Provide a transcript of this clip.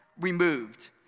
removed